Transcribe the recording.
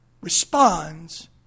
responds